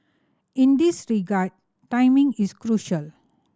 in this regard timing is crucial